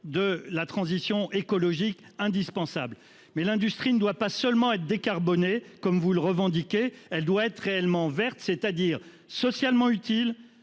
de la transition écologique indispensable mais l'industrie ne doit pas seulement être décarboné. Comme vous le revendiquez. Elle doit être réellement verte c'est-à-dire socialement utiles